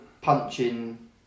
punching